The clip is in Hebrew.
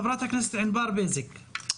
חברת הכנסת ענבר בזק, בבקשה.